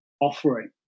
offering